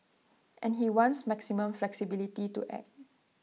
and he wants maximum flexibility to act